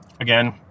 Again